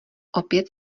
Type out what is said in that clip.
opět